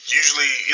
usually